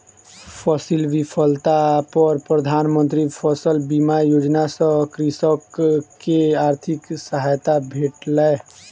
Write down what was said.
फसील विफलता पर प्रधान मंत्री फसल बीमा योजना सॅ कृषक के आर्थिक सहायता भेटलै